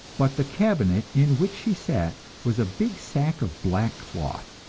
but the cabinet in which she sat was a big sack of black cloth,